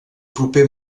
proper